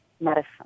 medicine